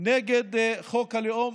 נגד חוק הלאום.